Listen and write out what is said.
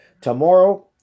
tomorrow